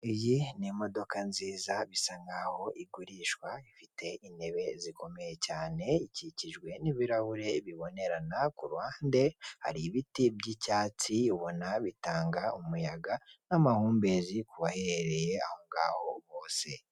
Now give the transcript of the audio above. Iyi ni imodoka nziza bisa nkaho igurishwa ifite intebe zikomeye cyane ikikijwe n'ibirahure bibonerana ku ruhande hari ibiti by'icyatsi ubona bitanga umuyaga n'amahumbezi kubaherereye aho ngaho bose.